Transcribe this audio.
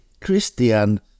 Christian